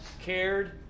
cared